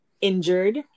injured